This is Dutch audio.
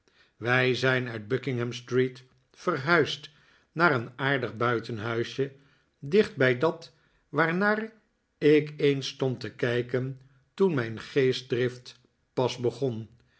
wij zijn uit buckingham street verhuisd naar een aardig buitenhuisje dicht bij dat waarnaar ik eens stond te kijken toen mijn geestdrift pas begon